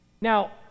Now